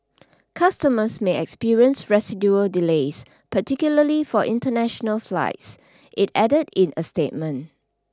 customers may experience residual delays particularly for international flights it added in a statement